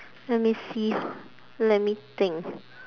let me see let me think